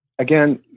Again